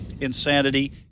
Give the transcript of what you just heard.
insanity